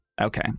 Okay